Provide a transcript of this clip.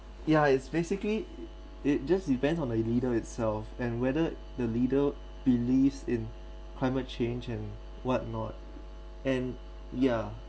ya it's basically it just depends on a leader itself and whether the leader believes in climate change and whatnot and yeah